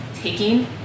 taking